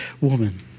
woman